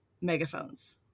megaphones